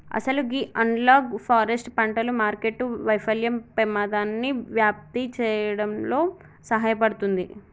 అసలు గీ analogue forest పంటలు మార్కెట్టు వైఫల్యం పెమాదాన్ని వ్యాప్తి సేయడంలో సహాయపడుతుంది